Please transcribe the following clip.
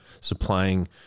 supplying